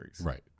Right